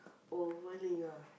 oh bowling ah